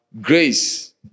grace